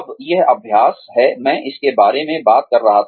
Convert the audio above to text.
अब यह अभ्यास है मैं इसके बारे में बात कर रहा था